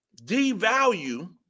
devalue